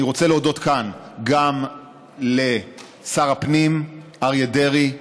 אני רוצה להודות כאן גם לשר הפנים אריה דרעי,